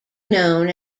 known